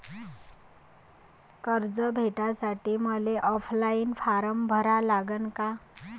कर्ज भेटासाठी मले ऑफलाईन फारम भरा लागन का?